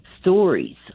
stories